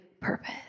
purpose